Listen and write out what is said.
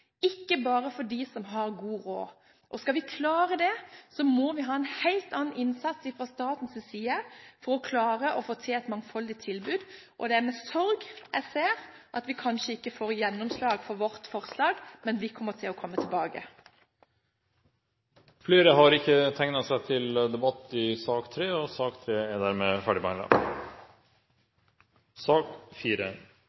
ikke bare for dem som har god råd. Skal vi klare det, må vi ha en helt annen innsats fra statens side for å klare å få til et mangfoldig tilbud, og det er med sorg jeg ser at vi kanskje ikke får gjennomslag for vårt forslag, men vi kommer til å komme tilbake. Flere har ikke bedt om ordet til sak nr. 3. Kirkene i landet vårt har stor verdi både som de historiske bygg de er